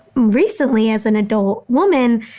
recently, as an adult woman,